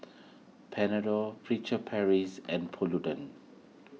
Panadol Furtere Paris and Polident